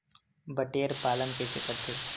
बटेर पालन कइसे करथे?